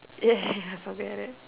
ya ya ya something like that